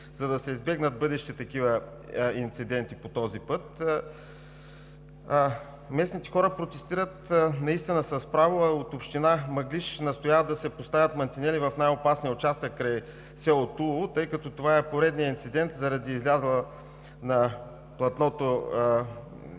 за да се избегнат бъдещи такива инциденти по този път. Местните хора протестират наистина с право, а от община Мъглиж настояват да се поставят мантинели в най-опасния участък край село Тулово, тъй като това е поредният инцидент заради излезли на платното